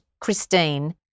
Christine